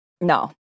no